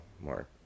more